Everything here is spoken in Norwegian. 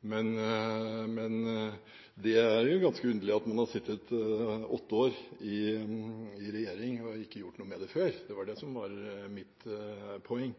Men det er jo ganske underlig at man har sittet åtte år i regjering og ikke gjort noe med det før. Det var det som var mitt poeng.